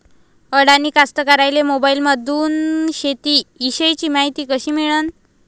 अडानी कास्तकाराइले मोबाईलमंदून शेती इषयीची मायती कशी मिळन?